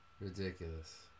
Ridiculous